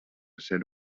ser